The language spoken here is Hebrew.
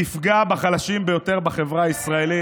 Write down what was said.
תפגע בחלשים ביותר בחברה הישראלית,